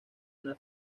una